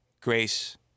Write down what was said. grace